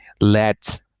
let